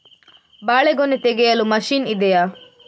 ಬಾಳೆಗೊನೆ ತೆಗೆಯಲು ಮಷೀನ್ ಇದೆಯಾ?